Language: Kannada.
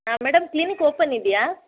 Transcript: ಹಾಂ ಮೇಡಮ್ ಕ್ಲೀನಿಕ್ ಓಪನ್ ಇದೆಯಾ